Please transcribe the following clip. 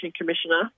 commissioner